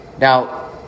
Now